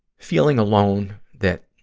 feeling alone, that,